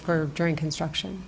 for during construction